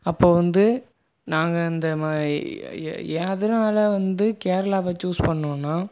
அப்போது வந்து நாங்கள் இந்த எதனால் வந்து கேரளாவை சூஸ் பண்ணோம்னா